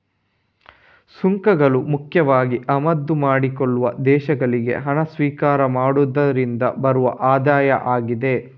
ಸುಂಕಗಳು ಮುಖ್ಯವಾಗಿ ಆಮದು ಮಾಡಿಕೊಳ್ಳುವ ದೇಶಗಳಿಗೆ ಹಣ ಸ್ವೀಕಾರ ಮಾಡುದ್ರಿಂದ ಬರುವ ಆದಾಯ ಆಗಿದೆ